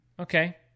Okay